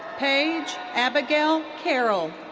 paige abigail caroll.